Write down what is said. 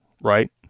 right